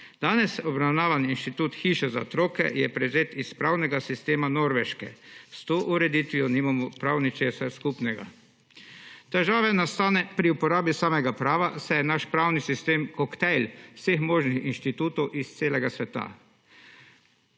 Danes obravnavani institut hiša za otroke je prevzet iz pravnega sistema Norveške. S to ureditvijo nimamo prav ničesar skupnega. Težava nastane pri uporabi samega prava, saj je naš pravni sistem koktejl vseh možnih institutov iz celega sveta.